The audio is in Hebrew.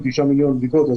9 מיליון בדיקות,